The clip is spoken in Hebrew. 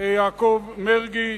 יעקב מרגי,